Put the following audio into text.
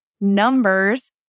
numbers